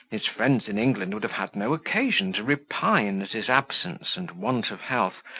his friends in england would have had no occasion to repine at his absence and want of health,